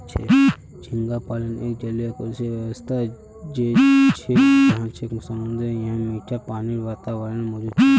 झींगा पालन एक जलीय कृषि व्यवसाय छे जहाक समुद्री या मीठा पानीर वातावरणत मौजूद छे